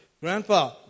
grandpa